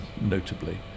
notably